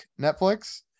netflix